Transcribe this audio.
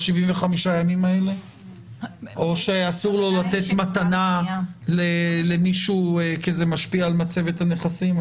או שאסור לו לתת מתנה למישהו כי זה משפיע על מצב הנכסים.